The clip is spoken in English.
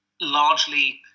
largely